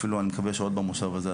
אפילו אני מקווה שעוד במושב הזה,